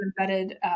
embedded